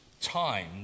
time